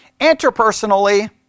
Interpersonally